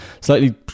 Slightly